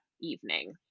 evening